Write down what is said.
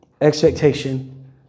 expectation